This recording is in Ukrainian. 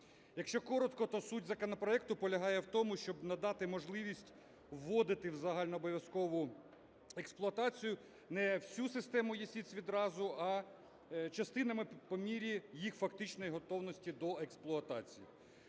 Якщо коротко, то суть законопроекту полягає в тому, щоб надати можливість вводити в загальнообов'язкову експлуатацію не всю систему ЄСІТС відразу, а частинами, по мірі їх фактичної готовності до експлуатації.